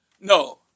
No